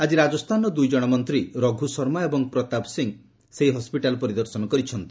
ଆଜି ରାଜସ୍ଥାନର ଦୁଇ ଜଣ ମନ୍ତ୍ରୀ ରଘୁ ଶର୍ମା ଏବଂ ପ୍ରତାପ ସିଂହ ସେହି ହସ୍କିଟାଲ ପରିଦର୍ଶନ କରିଛନ୍ତି